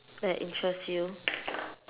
that interest you